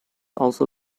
also